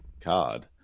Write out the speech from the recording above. card